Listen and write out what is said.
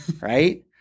right